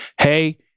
Hey